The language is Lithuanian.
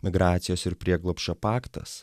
migracijos ir prieglobsčio paktas